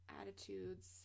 attitudes